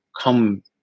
come